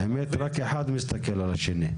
האמת היא שרק אחד מסתכל על השני.